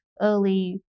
early